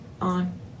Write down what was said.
on